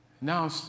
Now